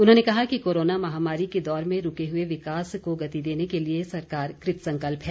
उन्होंने कहा कि कोरोना महामारी के दौर में रूके हुए विकास को गति देने के लिए सरकार कृतसंकल्प है